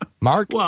Mark